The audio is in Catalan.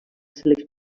selecció